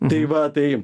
tai va tai